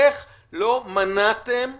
איך לא מנעתם מוות?